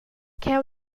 cheu